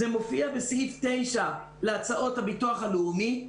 זה מופיע בסעיף 9 להצעות הביטוח הלאומי.